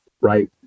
right